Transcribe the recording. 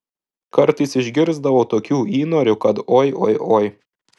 kartais išgirsdavau tokių įnorių kad oi oi oi